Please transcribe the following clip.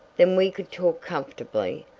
then we could talk comfortably.